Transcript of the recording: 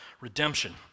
redemption